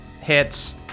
Hits